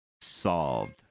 solved